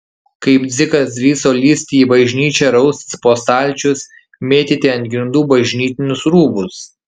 kaip dzikas drįso lįsti į bažnyčią raustis po stalčius mėtyti ant grindų bažnytinius rūbus